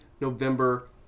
November